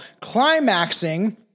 climaxing